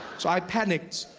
so i panicked,